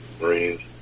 Marines